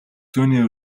түүний